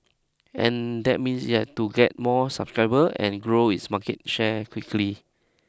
and that means it had to get more subscriber and grow its market share quickly